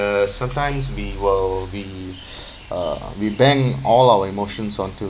sometimes we will we uh we bank all our emotions onto